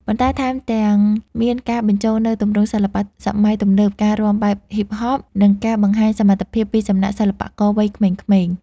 ប៉ុន្តែថែមទាំងមានការបញ្ចូលនូវទម្រង់សិល្បៈសម័យទំនើប ការរាំបែប Hip-hop និងការបង្ហាញសមត្ថភាពពីសំណាក់សិល្បករវ័យក្មេងៗ។